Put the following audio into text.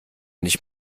nicht